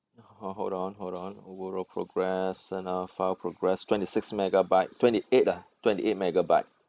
hold on hold on overall progress and now file progress twenty six megabyte twenty eight ah twenty eight megabyte